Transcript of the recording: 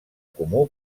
comú